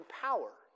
power